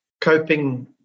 coping